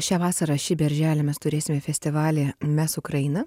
šią vasarą šį birželį mes turėsime festivalį mes ukraina